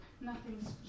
nothing's